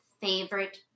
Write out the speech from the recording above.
favorite